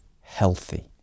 healthy